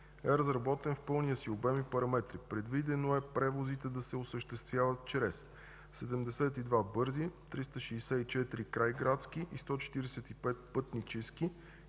е разработен в пълния си обем и параметри. Предвидено е превозите да се осъществяват чрез 72 бързи, 364 крайградски, 145 пътнически